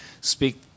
speak